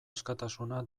askatasuna